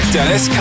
Dennis